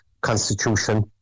Constitution